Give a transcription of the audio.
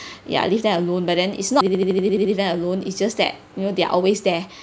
ya leave them alone but then it's not them alone it's just that you know they're always there